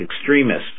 extremists